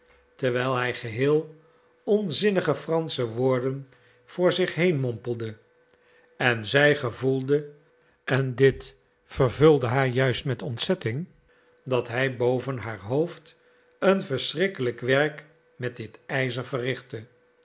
terwijl hij geheel onzinnige fransche woorden voor zich heen mompelde en zij voelde en dit vervulde haar juist met ontzetting dat hij boven haar hoofd een verschrikkelijk werk met dit ijzer verrichtte